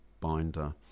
binder